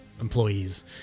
employees